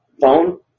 phone